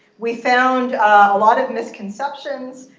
we found a lot of misconceptions.